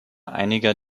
einiger